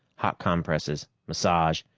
hot compresses, massage.